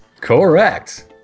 Correct